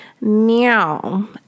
Now